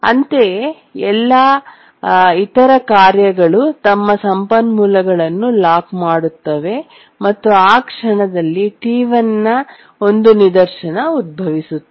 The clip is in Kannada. ಅಂತೆಯೇ ಎಲ್ಲಾ ಇತರ ಕಾರ್ಯಗಳು ತಮ್ಮ ಸಂಪನ್ಮೂಲಗಳನ್ನು ಲಾಕ್ ಮಾಡುತ್ತವೆ ಮತ್ತು ಆ ಕ್ಷಣದಲ್ಲಿ T1 ನ ಒಂದು ನಿದರ್ಶನ ಉದ್ಭವಿಸುತ್ತದೆ